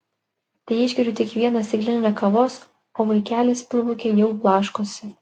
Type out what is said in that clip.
teišgeriu tik vieną stiklinę kavos o vaikelis pilvuke jau blaškosi